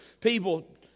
people